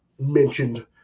mentioned